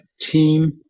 team